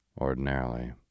Ordinarily